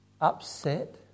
upset